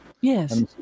yes